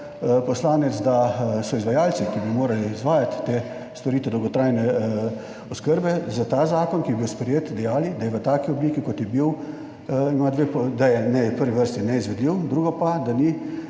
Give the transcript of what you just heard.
poslanec, da so izvajalci, ki bi morali izvajati te storitve dolgotrajne oskrbe, za ta zakon, ki je bil sprejet dejali, da je v taki obliki kot je bil, da je v prvi vrsti neizvedljiv, drugo pa, da ni